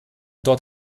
dort